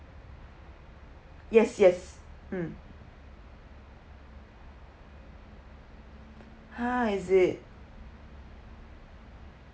yes yes mm ah is it